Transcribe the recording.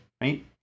right